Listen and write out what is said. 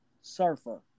Surfer